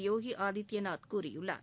யோகி ஆதித்பநாத் கூறியுள்ளார்